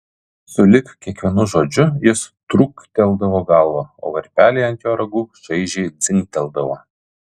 sulig kiekvienu žodžiu jis trūkteldavo galvą o varpeliai ant jo ragų šaižiai dzingteldavo